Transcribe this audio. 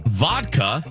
vodka